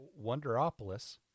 Wonderopolis